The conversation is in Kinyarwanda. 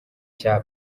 cya